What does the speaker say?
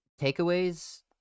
takeaways